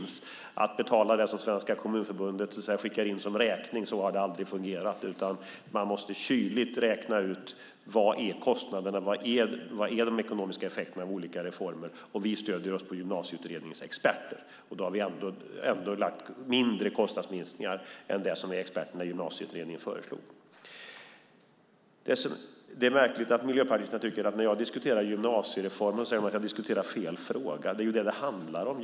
Det har aldrig fungerat så att vi betalar det som Svenska Kommunförbundet skickar som räkning, så att säga. Man måste kyligt räkna ut vad kostnaderna är och vad de ekonomiska effekterna av olika reformer är. Vi stöder oss på Gymnasieutredningens experter, och då har vi ändå lagt fram mindre kostnadsminskningar än vad de föreslog. Det är märkligt att när jag diskuterar gymnasiereformen säger miljöpartisterna att jag diskuterar fel fråga. Det är ju den det handlar om.